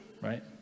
right